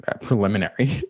preliminary